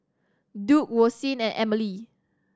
Duke Roseann and Emely